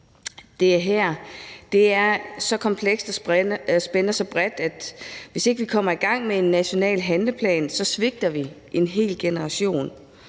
Det er så komplekst og spænder så bredt, at hvis vi ikke kommer i gang med en national handleplan, svigter vi en hel generation.